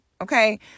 Okay